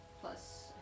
Plus